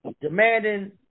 demanding